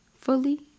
fully